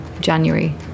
january